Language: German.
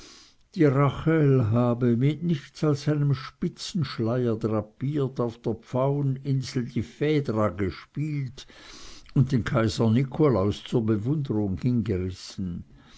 die rachel habe mit nichts als einem spitzenschleier drapiert auf der pfaueninsel die phädra gespielt und den kaiser nikolaus zur bewunderung hingerissen